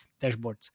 dashboards